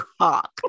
cock